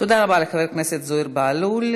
תודה רבה לחבר הכנסת זוהיר בהלול.